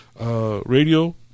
radio